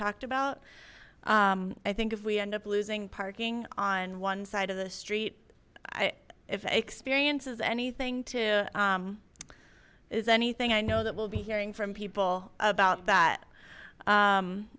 talked about i think if we end up losing parking on one side of the street i experiences anything to is anything i know that we'll be hearing from people about that